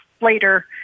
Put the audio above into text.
later